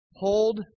Hold